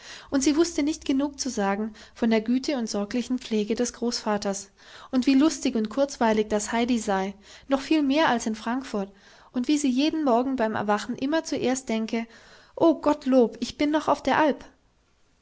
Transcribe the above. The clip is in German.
und sie wußte nicht genug zu sagen von der güte und sorglichen pflege des großvaters und wie lustig und kurzweilig das heidi sei noch viel mehr als in frankfurt und wie sie jeden morgen beim erwachen immer zuerst denke o gottlob ich bin noch auf der alp